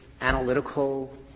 analytical